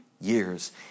years